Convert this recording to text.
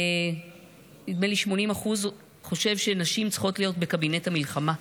נדמה לי ש-80% חושבים שנשים צריכות להיות בקבינט המלחמה,